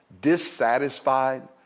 dissatisfied